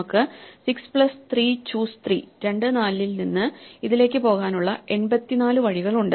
നമുക്ക് 6 plus 3 choose 3 2 4 ൽ നിന്ന് ഇതിലേക്ക് പോകാനുള്ള 84 വഴികളുണ്ട്